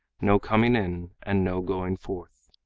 no coming in and no going forth